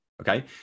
okay